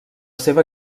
seva